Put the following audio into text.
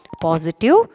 positive